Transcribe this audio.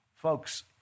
Folks